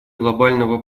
глобального